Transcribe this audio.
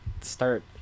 Start